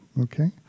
okay